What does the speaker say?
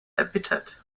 erbittert